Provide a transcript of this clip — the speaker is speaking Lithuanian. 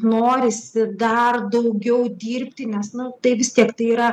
norisi dar daugiau dirbti nes nu tai vis tiek tai yra